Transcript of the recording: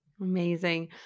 Amazing